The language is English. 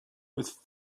with